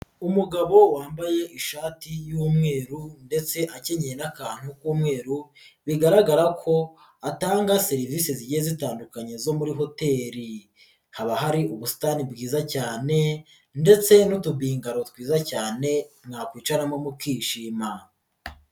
Umugabo wambaye ishati y'umweru ndetse akenyeye n'akantu k'umweru bigaragara ko atanga serivise zigiye zitandukanye zo muri hoteli, haba hari ubusitani bwiza cyane ndetse n'udubingaro twiza cyane mwakwicaramo mukishima.